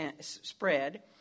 spread